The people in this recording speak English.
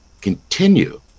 continue